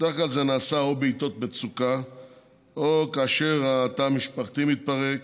בדרך כלל זה נעשה או בעיתות מצוקה או כאשר התא המשפחתי מתפרק,